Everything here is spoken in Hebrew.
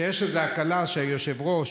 שיש איזה הקלה שהיושבת-ראש,